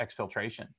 exfiltration